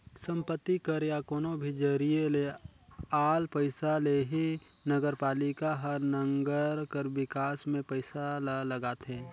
संपत्ति कर या कोनो भी जरिए ले आल पइसा ले ही नगरपालिका हर नंगर कर बिकास में पइसा ल लगाथे